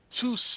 two